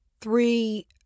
three